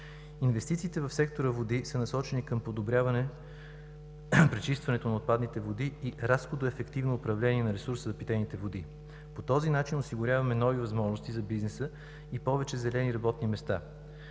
Инвестициите в сектора „Води“ са насочени към подобряване пречистването на отпадните води и разходоефективно управление на ресурса за питейните води. По този начин осигуряваме нови възможности за бизнеса и повече зелени работни места.